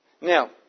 Now